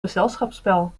gezelschapsspel